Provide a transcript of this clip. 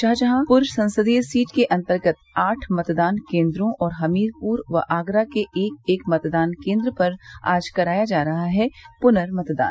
शाहजहांपुर संसदीय सीट के अन्तर्गत आठ मतदान केन्द्रों और हमीरपुर व आगरा के एक एक मतदान केन्द्र पर आज कराया जा रहा है पुनर्मतदान